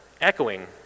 echoing